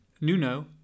Nuno